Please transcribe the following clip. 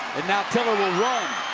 now tiller will run.